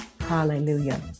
Hallelujah